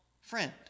friend